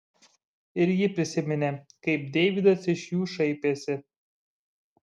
ir ji prisiminė kaip deividas iš jų šaipėsi